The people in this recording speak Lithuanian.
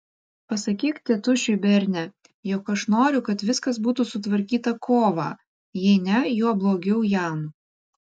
pasakyk tėtušiui berne jog aš noriu kad viskas būtų sutvarkyta kovą jei ne juo blogiau jam